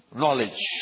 knowledge